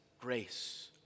grace